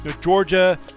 Georgia